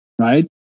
Right